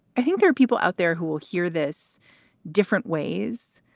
i think there are people out there who will hear this different ways,